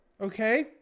okay